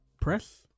Press